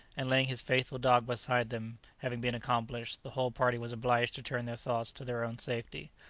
and laying his faithful dog beside them having been accomplished, the whole party was obliged to turn their thoughts to their own safety.